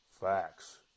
Facts